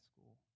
school